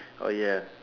oh ya